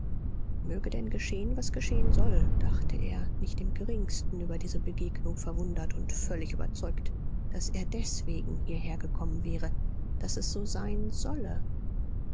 möge denn geschehen was geschehen soll dachte er nicht im geringsten über diese begegnung verwundert und völlig überzeugt daß er deswegen hierher gekommen wäre daß es so sein solle